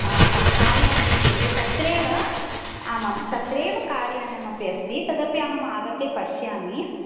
हा का कार्याने चेत् तत्रैव आमां तत्रैव कार्यानमपि अस्ति तदपि अहम् आगत्य पश्यामि